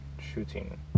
shooting